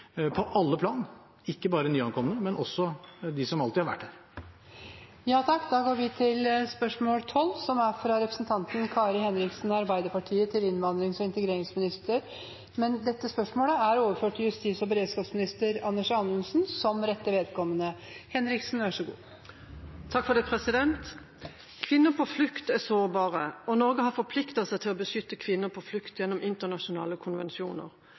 på alle plan, ikke bare nyankomne, men også de som alltid har vært her. Dette spørsmålet, fra representanten Kari Henriksen til innvandrings- og integreringsministeren, vil bli besvart av justis- og beredskapsministeren som rette vedkommende. «Kvinner på flukt er sårbare. Norge har forpliktet seg til å beskytte kvinner på flukt gjennom internasjonale konvensjoner.